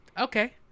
Okay